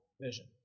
vision